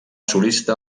solista